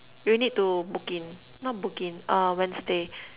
do you need to book in not book in uh Wednesday